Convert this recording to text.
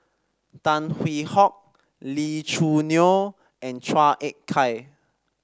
Tan Hwee Hock Lee Choo Neo and Chua Ek Kay